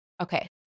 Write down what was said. Okay